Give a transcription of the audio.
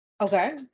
Okay